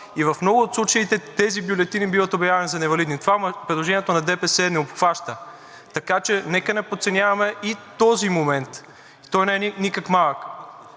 и в много от случаите тези бюлетини биват обявявани за невалидни. Това предложението на ДПС не обхваща. Така че нека не подценяваме и този момент. Той не е никак малък.